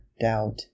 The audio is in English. doubt